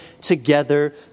together